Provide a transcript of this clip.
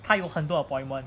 她有很多 appointment